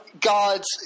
God's